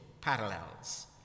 parallels